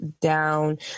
down